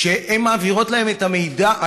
ומעבירות להן את המידע.